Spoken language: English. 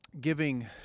giving